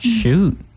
Shoot